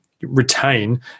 retain